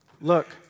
look